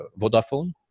Vodafone